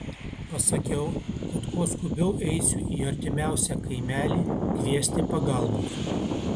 pasakiau kad kuo skubiau eisiu į artimiausią kaimelį kviesti pagalbos